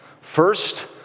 First